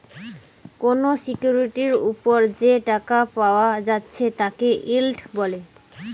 কোনো সিকিউরিটির উপর যে টাকা পায়া যাচ্ছে তাকে ইল্ড বলে